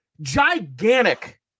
gigantic